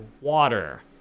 water